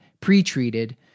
pre-treated